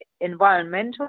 environmental